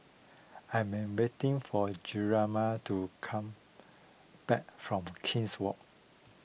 I am waiting for Jarama to come back from King's Walk